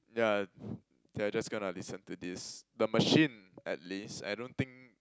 ya they are just gonna listen to this the machine at least I don't think